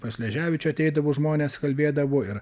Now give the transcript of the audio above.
pas šleževičių ateidavo žmonės kalbėdavo ir